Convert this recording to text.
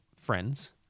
friends